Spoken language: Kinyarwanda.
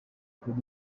kuri